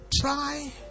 Try